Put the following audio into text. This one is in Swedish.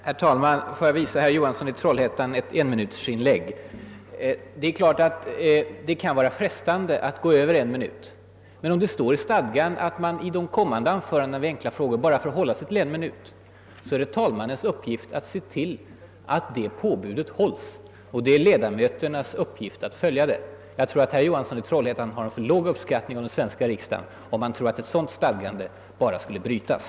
Herr talman! Får jag för herr Johansson i Trollhättan demonstrera ett enminutersinlägg. Det är klart att det kan vara frestande att gå över en minut om man har mycket att säga. Men om det står i stadgan att man i anförandena efter det första vid enkla frågor bara får hålla sig till en minut är det talmannens uppgift att se till att det påbudet följs och ledamöternas uppgift att följa det. Jag tror att herr Johansson i Trollhättan har en för låg uppskattning av den svenska riksdagen om han tror att ett sådant stadgande bara skulle brytas.